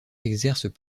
exercent